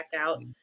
out